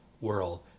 world